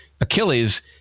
Achilles